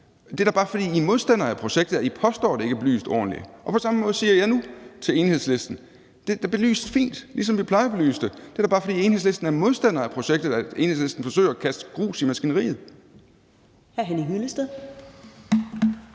det er da bare, fordi I er modstandere af projektet, at I påstår, at det ikke er belyst ordentligt. Og på samme måde siger jeg nu til Enhedslisten: Det er belyst fint, ligesom vi plejer at belyse det; det er da bare, fordi Enhedslisten er modstander af projektet, at Enhedslisten forsøger at kaste grus i maskineriet.